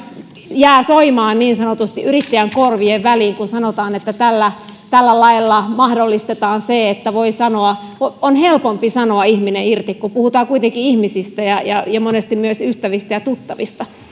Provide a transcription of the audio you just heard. jää soimaan niin sanotusti yrittäjän korvien väliin kun sanotaan että tällä tällä lailla mahdollistetaan se että on helpompi sanoa ihminen irti kun puhutaan kuitenkin ihmisistä ja ja monesti myös ystävistä ja tuttavista